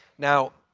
now,